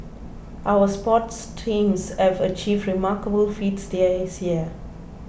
our sports teams have achieved remarkable feats this year